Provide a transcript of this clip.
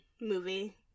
movie